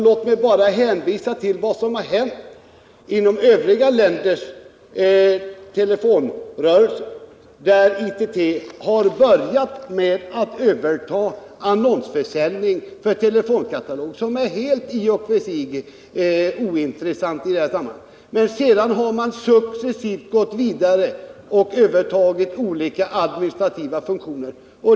Låt mig bara hänvisa till vad som har hänt inom övriga länders telefonrörelser, där ITT har börjat med att överta annonsförsäljningen för telefonkataloger — något som i och för sig är helt ointressant i detta sammanhang — men där företaget sedan successivt har gått vidare och övertagit olika administrativa funktioner.